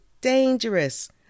dangerous